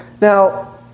Now